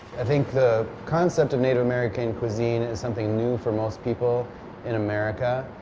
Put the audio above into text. i think the concept of native american cuisine is something new for most people in america.